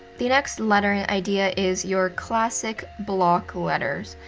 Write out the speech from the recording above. the next lettering idea is your classic block letters.